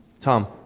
Tom